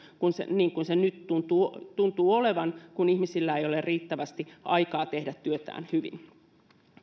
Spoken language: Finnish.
niin kuin se nyt tuntuu olevan kun ihmisillä ei ole riittävästi aikaa tehdä työtään hyvin